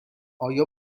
آیا